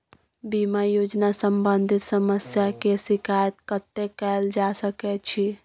बीमा योजना सम्बंधित समस्या के शिकायत कत्ते कैल जा सकै छी?